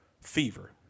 Fever